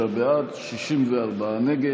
53 בעד, 64 נגד.